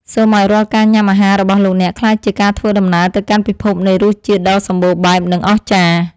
សូមឱ្យរាល់ការញ៉ាំអាហាររបស់លោកអ្នកក្លាយជាការធ្វើដំណើរទៅកាន់ពិភពនៃរសជាតិដ៏សំបូរបែបនិងអស្ចារ្យ។